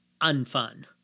unfun